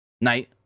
Knight